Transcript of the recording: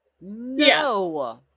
No